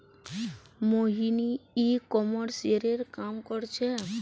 मोहिनी ई कॉमर्सेर काम कर छेक्